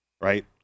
right